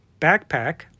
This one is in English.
backpack